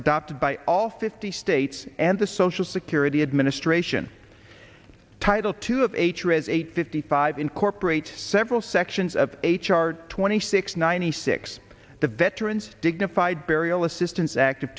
adopted by all fifty states and the social security administration title two of h r as eight fifty five incorporates several sections of h r twenty six ninety six the veterans dignified burial assistance act of